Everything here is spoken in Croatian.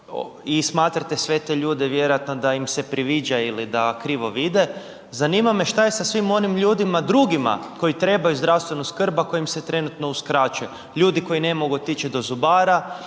i smatrate sve te ljude vjerojatno da im se priviđa ili da krivo vide, zanima me šta je sa svim onim ljudima drugima koji trebaju zdravstvenu skrb, a koja im se trenutno uskraćuje. Ljudi koji ne mogu otići do zubara,